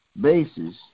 basis